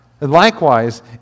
Likewise